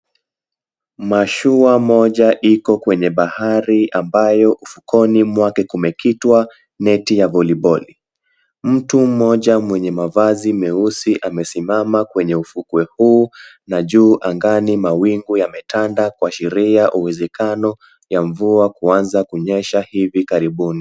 Mashua moja iko kwenye bahari ambayo ufukoni mwake kumekitwa neti ya voliboli. Mtu mmoja mwenye mavazi meusi amesimama kwenye ufukwe huu na juu angani mawingu yametanda kuashiria uwezekano ya mvua kuanza kunyesha hivi karibuni.